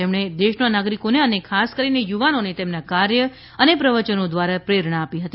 તેમણે દેશના નાગરિકોને અને ખાસ કરીને યુવાનોને તેમના કાર્ય અને પ્રવયનો દ્વારા પ્રેરણાઆપી હતી